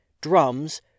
drums